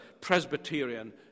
Presbyterian